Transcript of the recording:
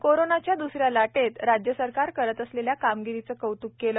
तसेच कोरोनाच्या द्सऱ्या लाटेत राज्य सरकार करत असलेल्या कामगिरीचं कौतूक केले